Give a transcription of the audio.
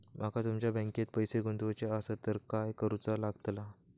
माका तुमच्या बँकेत पैसे गुंतवूचे आसत तर काय कारुचा लगतला?